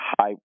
high